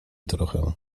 trochę